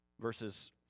Verses